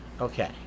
Okay